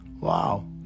wow